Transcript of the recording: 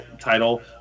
Title